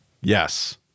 Yes